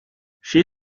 she